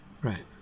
Right